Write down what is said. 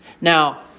Now